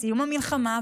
לסיום המלחמה,